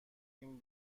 این